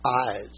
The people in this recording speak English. Eyes